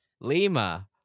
Lima